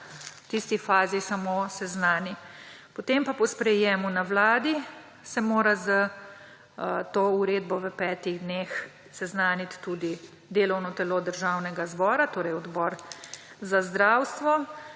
V tisti fazi samo seznani. Potem pa se mora po sprejetju na Vladi s to uredbo v petih dneh seznaniti tudi delovno telo Državnega zbora, torej Odbor za zdravstvo.